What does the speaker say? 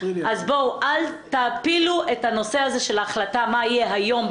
אז אל תפילו את הנושא הזה של ההחלטה מה יהיה היום,